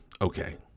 Okay